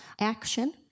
action